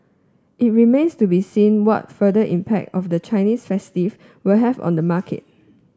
it remains to be seen what further impact of the Chinese will have on the market